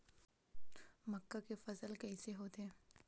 मक्का के फसल कइसे होथे?